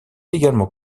également